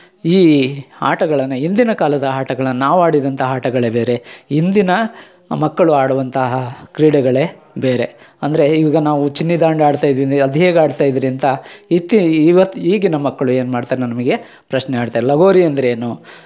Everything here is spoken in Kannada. ಈ ಆಟಗಳನ್ನು ಇಂದಿನ ಕಾಲದ ಆಟಗಳನ್ ನಾವು ಆಡಿದಂಥ ಆಟಗಳೇ ಬೇರೆ ಇಂದಿನ ಮಕ್ಕಳು ಆಡುವಂತಹ ಕ್ರೀಡೆಗಳೇ ಬೇರೆ ಅಂದರೆ ಈಗ ನಾವು ಚಿಣ್ಣಿದಾಂಡು ಆಡ್ತಾಯಿದೀವಿ ಅಂದರೆ ಅದು ಹೇಗೆ ಆಡ್ತಾ ಇದ್ರಿ ಅಂತ ಇತ್ತೀ ಇವತ್ತು ಈಗಿನ ಮಕ್ಕಳು ಏನ್ಮಾಡ್ತಾರೆ ನಮಗೆ ಪ್ರಶ್ನೆ ಮಾಡ್ತಾರೆ ಲಗೋರಿ ಅಂದರೇನು